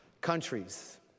countries